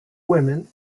women